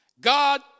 God